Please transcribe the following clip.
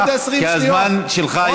כי הזמן שלך נגמר.